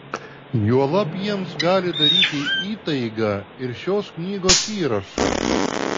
juolab jiems gali daryti įtaigą ir šios knygos įrašai